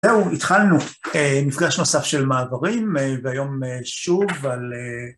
זהו התחלנו, אה. מפגש נוסף של מעברים והיום שוב על אה...